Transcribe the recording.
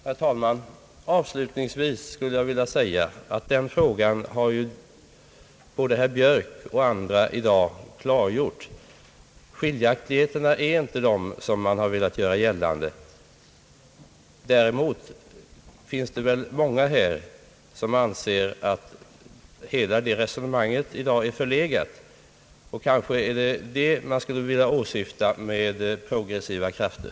Herr talman! Som avslutning på detta replikskifte vill jag säga att den sistnämnda frågan har ju både herr Björk och andra talare i dag klargjort. Skiljaktigheterna är inte de som man velat göra gällande, Däremot finns det väl många ledamöter här som anser att hela det resonemanget i dag är förlegat. Kanske är det det som man skulle vilja åsyfta med »progressiva krafter».